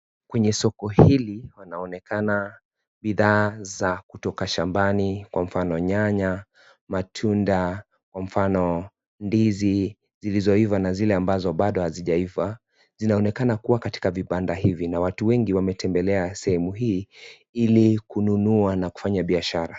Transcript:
Kwenye soko hili panaonekana bidhaa za kutoka shambani kwa mfano nyanya matunda kwa mfano ndizi zilizoiva na zile ambazo bado hazijaiva zinaonekana kuwa katika vibanda hivi na watu wengi wametmbelea sehemu hii ili kuinunua na kufanya biashara.